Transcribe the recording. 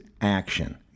action